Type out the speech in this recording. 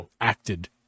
acted